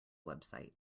website